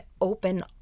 open